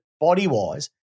body-wise